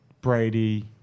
Brady